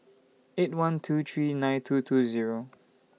eight one two three nine two two Zero